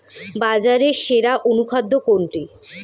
বাজারে সেরা অনুখাদ্য কোনটি?